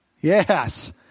Yes